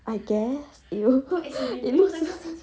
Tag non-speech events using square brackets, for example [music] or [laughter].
I guess it will it looks [laughs]